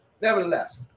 nevertheless